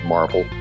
Marvel